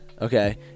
Okay